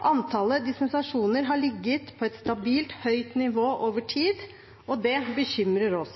Antallet dispensasjoner har ligget på et stabilt høyt nivå over tid, og det bekymrer oss.